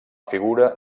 figura